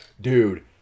dude